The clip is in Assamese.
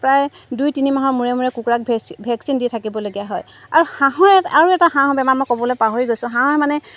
প্ৰায় দুই তিনি মাহৰ মূৰে মূৰে কুকুৰাক ভেকচিন ভেকচিন দি থাকিবলগীয়া হয় আৰু হাঁহৰ আৰু এটা হাঁহৰ বেমাৰ মই ক'বলৈ পাহৰি গৈছোঁ হাঁহে মানে